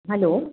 hello